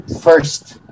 first